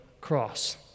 cross